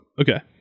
okay